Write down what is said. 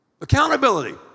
accountability